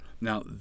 Now